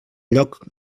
lloc